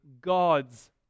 God's